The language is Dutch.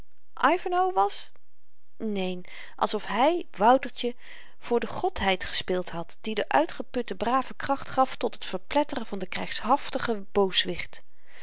was neen alsof hy woutertje voor de godheid gespeeld had die den uitgeputten brave kracht gaf tot het verpletteren van den krygshaftigen booswicht